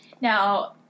Now